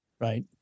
Right